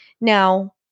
Now